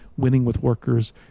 winningwithworkers